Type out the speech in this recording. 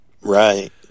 right